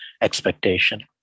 expectation